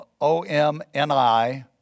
Omni